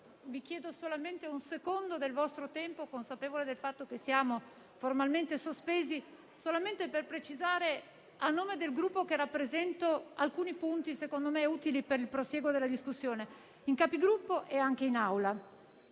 vi chiedo solamente pochi secondi del vostro tempo, consapevole del fatto che siamo formalmente in sospensione dei lavori, solamente per precisare, a nome del Gruppo che rappresento, alcuni punti secondo me utili per il prosieguo della discussione in Capigruppo e anche in Aula.